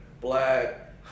black